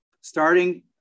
starting